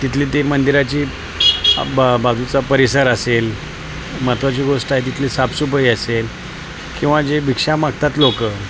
तिथली ती मंदिराची बा बाजूचा परिसर असेल महत्त्वाची गोष्ट आहे तितली साफसफाई असेल किंवा जे भिक्षा मागतात लोक